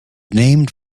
named